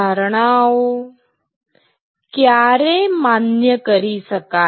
ધારણાઓ ક્યારે માન્ય કરી શકાય